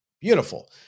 beautiful